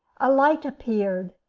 a light appeared,